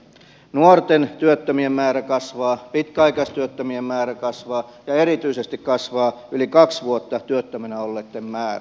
nuorten työttömien määrä kasvaa pitkäaikaistyöttömien määrä kasvaa ja erityisesti kasvaa yli kaksi vuotta työttömänä olleitten määrä